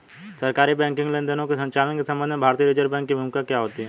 सरकारी बैंकिंग लेनदेनों के संचालन के संबंध में भारतीय रिज़र्व बैंक की भूमिका क्या होती है?